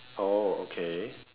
oh okay